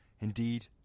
Indeed